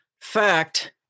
Fact